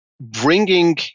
bringing